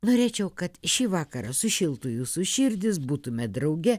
norėčiau kad šį vakarą sušiltų jūsų širdis būtumėt drauge